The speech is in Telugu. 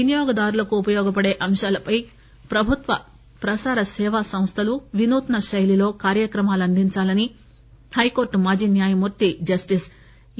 వినియోగదారులకు ఉపయోగపడే అంశాలపై ప్రభుత్వ ప్రసార సేవా సంస్టలు వినూత్స శైలిలో కార్యక్రమాలను అందిందాలని హైకోర్టు మాజీ న్యాయమూర్తి జస్టిస్ ఏ